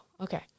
Okay